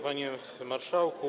Panie Marszałku!